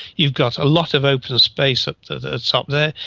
you've got a lot of open space up the top there,